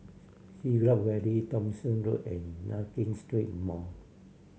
Siglap Valley Thomson Road and Nankin Street Mall